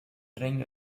regno